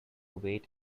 wait